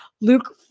luke